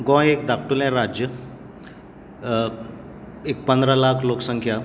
गोंय एक धाकटुलें राज्य एक पदरां लाख लोकसंख्या